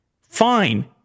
fine